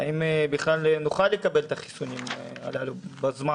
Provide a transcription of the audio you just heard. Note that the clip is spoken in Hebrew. האם בכלל נוכל לקבל את החיסונים הללו בזמן?